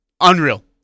Unreal